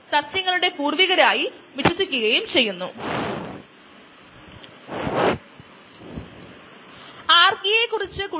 ഈ സാഹചര്യങ്ങളിൽ ഈ ജീവിയുടെ നിർദ്ദിഷ്ട വളർച്ചാ നിരക്ക് 0